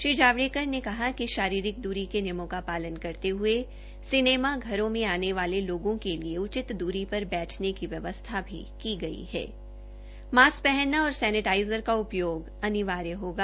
श्री जावड़ेकर ने कहा कि शारीरिक दुरी के नियमों का पालन करते हये सिनेमा हॉल में आने वाले लोगों के लिए उचित द्री पर बछने की व्यवस्था की गई हण मास्क पहनना और सघ्रेटाइजर का उपयोग अनिवार्य होगा